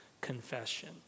confession